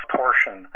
portion